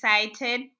excited